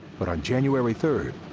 but on january third,